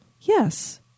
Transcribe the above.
Yes